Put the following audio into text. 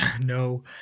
No